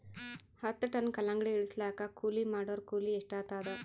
ಹತ್ತ ಟನ್ ಕಲ್ಲಂಗಡಿ ಇಳಿಸಲಾಕ ಕೂಲಿ ಮಾಡೊರ ಕೂಲಿ ಎಷ್ಟಾತಾದ?